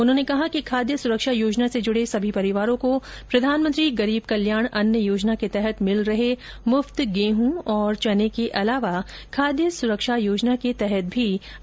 उन्होंने कहा कि खाद्य सुरक्षा योजना से जुडे सभी परिवारों को प्रधानमंत्री गरीब कल्याण अन्न योजना के तहत मिल रहे मुफ्त गेहूं और चना के अलावा खाद्य सुरक्षा योजना के तहत भी अनाज बांटा जायेगा